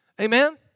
Amen